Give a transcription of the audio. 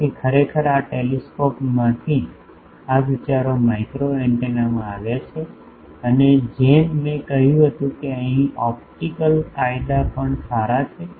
તેથી ખરેખર આ ટેલિસ્કોપમાંથી છે આ વિચારો માઇક્રોવેવ એન્ટેનામાં આવ્યા છે અને જેમ મેં કહ્યું હતું કે અહીં ઓપ્ટિકલ કાયદા પણ સારા છે